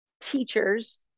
teachers